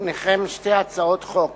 לפניכם שתי הצעות חוק